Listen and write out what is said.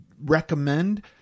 recommend